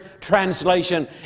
translation